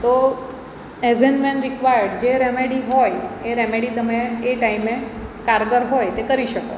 તો as and when required જે remedy હોય એ રેમેડી તમે એ ટાઈમે કારગર હોય તે કરી શકો